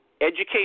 education